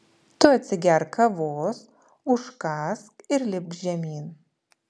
tu atsigerk kavos užkąsk ir lipk žemyn